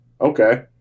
okay